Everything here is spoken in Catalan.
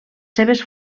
seves